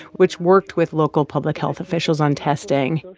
which worked with local public health officials on testing.